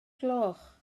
gloch